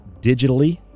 digitally